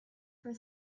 for